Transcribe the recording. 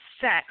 sex